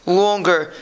longer